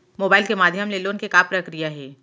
Mobile के माधयम ले लोन के का प्रक्रिया हे?